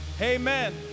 amen